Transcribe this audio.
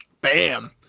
bam